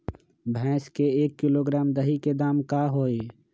भैस के एक किलोग्राम दही के दाम का होई?